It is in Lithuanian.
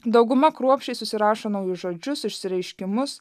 dauguma kruopščiai susirašo naujus žodžius išsireiškimus